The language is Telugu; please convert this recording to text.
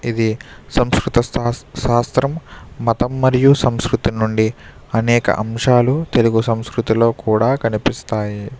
ఇది సంస్కృత శాస్త్ర శాస్త్రం మతం మరియు సంస్కృతి నుండి అనేక అంశాలు తెలుగు సంస్కృతిలో కూడా కనిపిస్తాయి